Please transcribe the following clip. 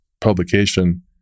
publication